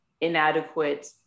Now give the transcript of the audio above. inadequate